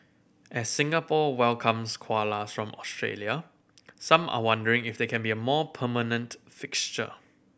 as Singapore welcomes koalas from Australia some are wondering if they can be a more permanent fixture